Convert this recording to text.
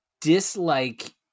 dislike